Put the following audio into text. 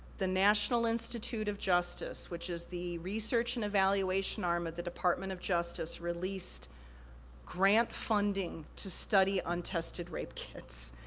the national institute of justice, which is the research and evaluation arm of the department of justice released grant funding to study untested rape kits,